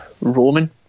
Roman